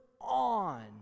on